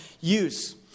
use